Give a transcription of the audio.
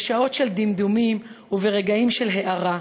בשעות של דמדומים וברגעים של הארה.